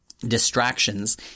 distractions